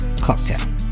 cocktail